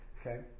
Okay